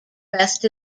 rest